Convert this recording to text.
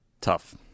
Tough